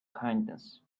kindness